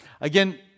Again